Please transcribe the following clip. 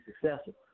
successful